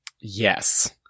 Yes